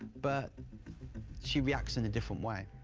but she reacts in a different way.